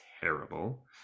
terrible